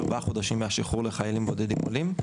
על ארבעה חודשים מהשחרור לחיילים בודדים עולים.